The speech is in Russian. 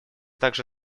также